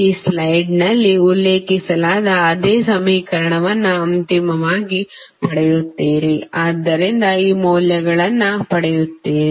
ಈ ಸ್ಲೈಡ್ನಲ್ಲಿ ಉಲ್ಲೇಖಿಸಲಾದ ಅದೇ ಸಮೀಕರಣವನ್ನು ಅಂತಿಮವಾಗಿ ಪಡೆಯುತ್ತೀರಿ ಆದ್ದರಿಂದ ಈ ಮೌಲ್ಯಗಳನ್ನು ಪಡೆಯುತ್ತೀರಿ